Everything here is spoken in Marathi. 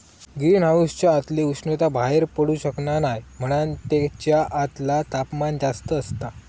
ग्रीन हाउसच्या आतली उष्णता बाहेर पडू शकना नाय म्हणान तेच्या आतला तापमान जास्त असता